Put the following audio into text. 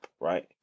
right